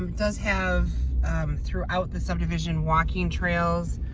does have throughout the subdivision walking trails.